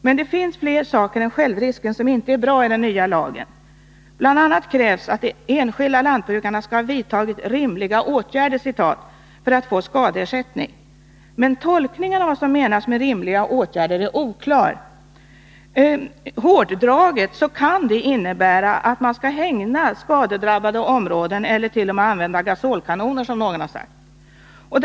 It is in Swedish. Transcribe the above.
Men det finns fler saker än självrisken som inte är bra i den nya lagen. Bl. a. krävs att enskilda lantbrukare skall ha vidtagit ”rimliga åtgärder” för att få skadeersättning. Men tolkningen av vad som menas med rimliga åtgärder är oklar. Hårdraget kan det innebära att man skall hägna skadedrabbade områden ellert.o.m. använda gasolkanoner, som någon har förslagit.